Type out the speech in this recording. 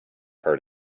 heard